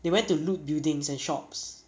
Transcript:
they went to loot buildings and shops